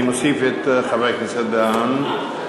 אני מוסיף את חבר הכנסת דהן.